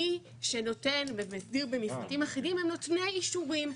מי שנותן ומסדיר במפרטים אחידים הם נותני האישורים.